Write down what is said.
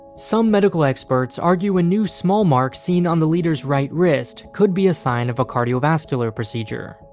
some medical experts argue a new small mark seen on the leader's right wrist could be a sign of a cardiovascular procedure.